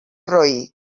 roí